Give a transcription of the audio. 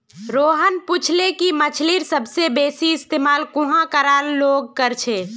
रोहन पूछले कि मछ्लीर सबसे बेसि इस्तमाल कुहाँ कार लोग कर छे